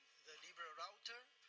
the libra router.